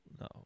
no